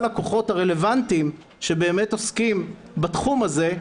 הכוחות הרלבנטיים שבאמת עוסקים בתחום הזה,